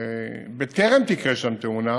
בטרם תקרה שם תאונה,